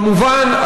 כמובן,